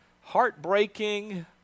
heartbreaking